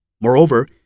Moreover